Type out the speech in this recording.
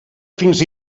fins